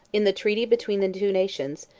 in the treaty between the two nations,